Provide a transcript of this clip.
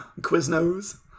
quizno's